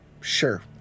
Sure